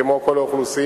כמו כל האוכלוסייה,